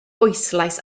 bwyslais